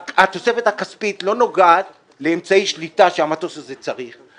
התוספת הכספית לא נוגעת לאמצעי שליטה שהמטוס הזה צריך.